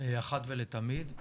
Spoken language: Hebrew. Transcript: אחת ולתמיד.